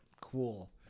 cool